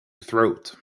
throat